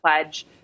pledge